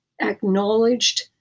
acknowledged